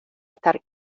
estar